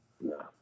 No